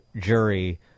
jury